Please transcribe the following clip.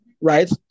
right